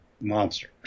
monster